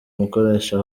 umukoresha